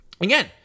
Again